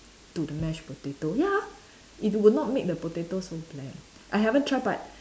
to the mashed potato ya it will not make the potato so bland I haven't try but